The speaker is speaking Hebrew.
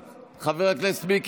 חבר הכנסת ביטן,